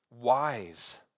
wise